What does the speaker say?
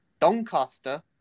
Doncaster